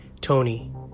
Tony